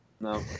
No